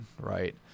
right